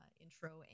intro